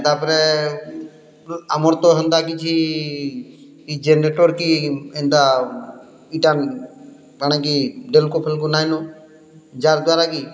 ତା'ପରେ ଆମର ତ ହେନ୍ତା କିଛି ଯେନରେଟର୍ କି ଏନ୍ତା ଇଟା ପାଣିକି ଡୋଲକ ଫୋଲକ ନାଇଁ ନ ଯାହାର୍ ଦ୍ଵାରା କି